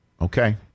Okay